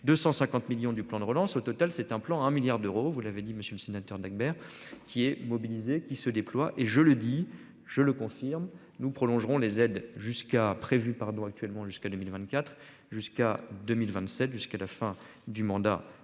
250 millions du plan de relance. Au total, c'est un plan, un milliard d'euros. Vous l'avez dit, monsieur le sénateur Dagbert qui est mobilisée qui se déploie et je le dis, je le confirme, nous prolongerons les aides jusqu'à prévu pardon actuellement jusqu'à 2024 jusqu'à 2027 jusqu'à la fin du mandat